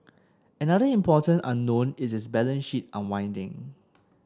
another important unknown is its balance sheet unwinding